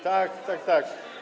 Tak, tak, tak.